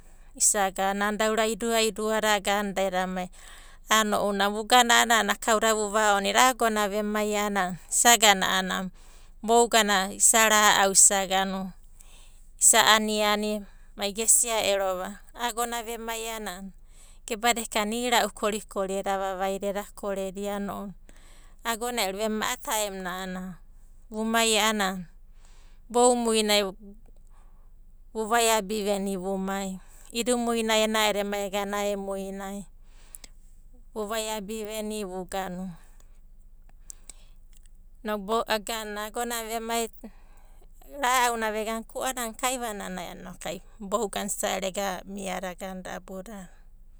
Nana da aurava idua eda mai a'ana ounanai vugana a'ana kauda vavaonida a'a agona vemai a'ana isagana a'anana bouganai isa ra'au, isa aniani mai gesia erova agona vemai a'ana gebada eka'ana ira'u korikori eda vavaida eda koredia a'ana ounanai. Agona vema, a'a taem nai a'ana, vumai a'ana boumuinai vuvaiabiveni vumai, idumuinai ena'edo emai ega aemuinai. Vu vaiabi veni inoku agonana vemai ra'auna vegana ku'anana kaivanana a'ana bouganai isa ero ega miada abudadai.